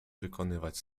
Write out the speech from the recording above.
wykonywać